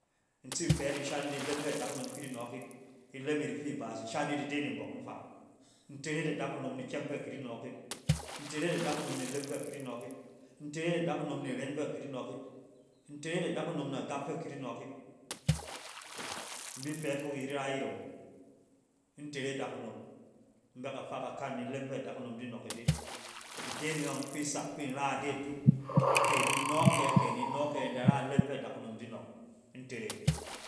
In tsim fɛ yit in shan yit ilem fɛ dakunom ki di nɔɔk yit. Ilem yit ifi ibaas, in shan yit ide mbɔk nfaa. Intere yit adakunom ni kyɛng fɛ a kidi nɔɔk yit. Intere yit adakunom ni ilem fɛ kidi nɔɔk yit. Intere yit adakunom niren fɛ ki di nɔɔk yit. Intere yit adakunom na gap fɛ akidi nɔɔk yit. In bi fɛ yit fok iyit rayit awo. Intere dakunom. In bɛ kafa kakan ni ilem fɛ dakunom di nɔɔk ide. Ide me ɔng fi sak fin ra ide atukt. Ke nin nɔ kɛ, kɛ nin nɔ kɛ in da ra ilem fɛ dakunom di nɔk, intere.